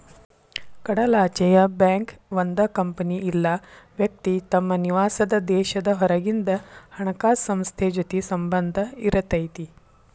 ಕಡಲಾಚೆಯ ಬ್ಯಾಂಕ್ ಒಂದ್ ಕಂಪನಿ ಇಲ್ಲಾ ವ್ಯಕ್ತಿ ತಮ್ ನಿವಾಸಾದ್ ದೇಶದ್ ಹೊರಗಿಂದ್ ಹಣಕಾಸ್ ಸಂಸ್ಥೆ ಜೊತಿ ಸಂಬಂಧ್ ಇರತೈತಿ